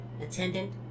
attendant